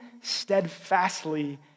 steadfastly